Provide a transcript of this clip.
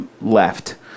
left